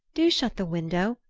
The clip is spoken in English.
do shut the window.